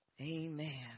amen